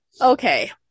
okay